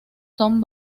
son